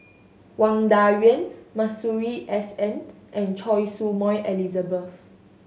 Wang Dayuan Masuri S N and Choy Su Moi Elizabeth